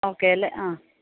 okay അല്ലേ ആ